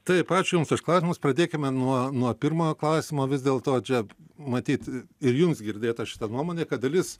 taip ačiū jums už klausimus pradėkime nuo nuo pirmojo klausimo vis dėl to čia matyt ir jums girdėta šita nuomonė kad dalis